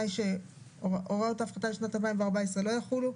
היא שהוראות ההפחתה לשנת 2014 לא יחולו,